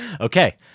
Okay